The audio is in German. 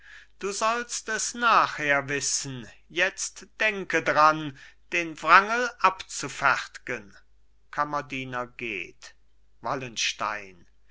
du sollst es nachher wissen jetzt denke dran den wrangel abzufertgen kammerdiener geht wallenstein